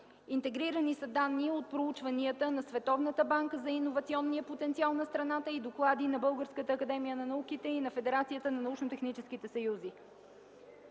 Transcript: Интегрирани са данни от проучванията на Световната банка за иновационния потенциал на страната и доклади на Българската академия на науките и на Федерацията на научно-техническите съюзи.